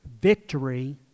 victory